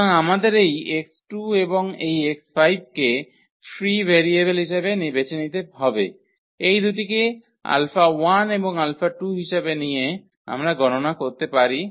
সুতরাং আমাদের এই 𝑥2 এবং এই 𝑥5 কে ফ্রি ভেরিয়েবল হিসাবে বেছে নিতে হবে এই দুটিকে 𝛼1 এবং 𝛼2 হিসাবে নিয়ে আমরা গণনা করতে পারি